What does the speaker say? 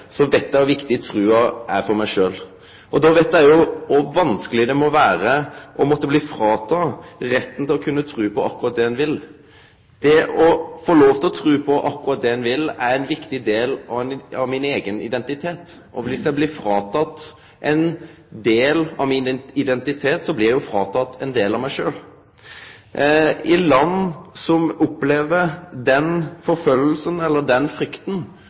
på det ein vil. Det å få lov til å tru på akkurat det eg vil, er ein viktig del av min eigen identitet. Viss eg blir fråteken ein del av min eigen identitet, blir eg fråteken ein del av meg sjølv. I land der ein opplever den forfølginga eller den